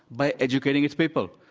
by educating its people.